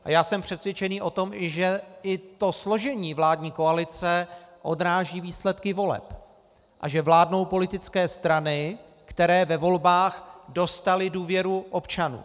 A já jsem přesvědčený o tom, že i to složení vládní koalice odráží výsledky voleb a že vládnou politické strany, které ve volbách dostaly důvěru občanů.